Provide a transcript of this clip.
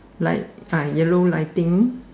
like ah yellow lighting